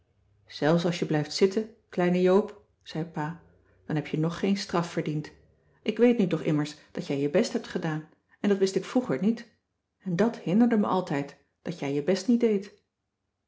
zelfs als je blijft zitten kleine joop zei pa dan heb je nog geen straf verdiend ik weet nu toch immers dat jij je best hebt gedaan en dat wist ik vroeger niet en dat hinderde me altijd dat jij je best niet deedt